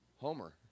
Homer